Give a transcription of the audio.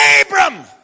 Abram